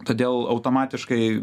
todėl automatiškai